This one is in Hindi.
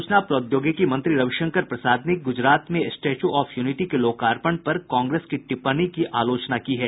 सूचना प्रौद्योगिकी मंत्री रवि शंकर प्रसाद ने गुजरात में स्टैच्यू ऑफ यूनिटी के लोकार्पण पर कांग्रेस की टिप्पणी की आलोचना की है